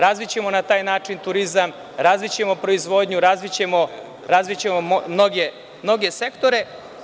Razvićemo na taj način turizam, razvićemo proizvodnju, razvićemo mnoge sektore.